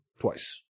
Twice